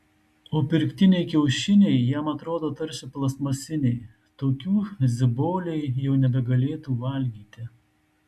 o pirktiniai kiaušiniai jam atrodo tarsi plastmasiniai tokių ziboliai jau nebegalėtų valgyti